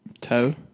Toe